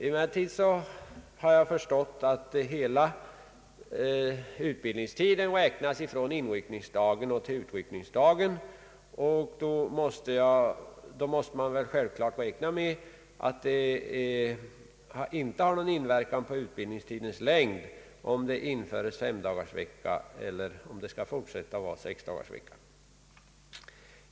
Emellertid har jag förstått att hela utbildningstiden räknas från inryckningsdagen och till utryckningsdagen, och då måste man självklart utgå från att utbildningstidens längd inte påverkas av om man inför femdagarsvecka eller om det fortfarande skall vara sexdagarsvecka.